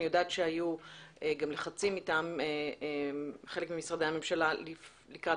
אני יודעת שהיו גם לחצים מטעם חלק ממשרדי הממשלה לקראת